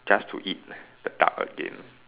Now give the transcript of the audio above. just to eat the duck again